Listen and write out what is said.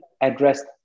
addressed